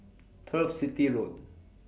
Turf City Road